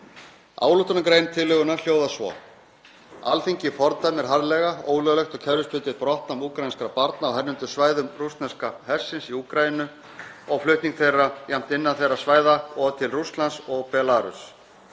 Ályktunargrein tillögunnar hljóðar svo: „Alþingi fordæmir harðlega ólöglegt og kerfisbundið brottnám úkraínskra barna á hernumdum svæðum rússneska hersins í Úkraínu og flutning þeirra, jafnt innan þeirra svæða og til Rússlands og Belarúss.